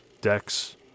decks